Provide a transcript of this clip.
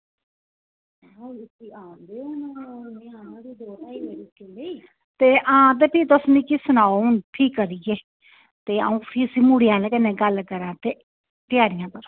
ते हां ते पही तुस मिगी सनाओ हून फ्ही करियै ते अ'ऊं फ्ही तुसें गी मुड़े आह्लें कन्नै गल्ल करां ते त्यारियां करां